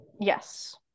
Yes